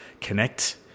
connect